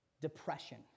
Depression